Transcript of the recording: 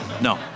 no